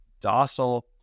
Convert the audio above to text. docile